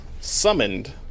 summoned